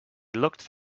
looked